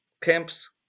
camps